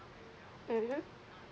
mmhmm mm